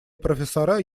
профессора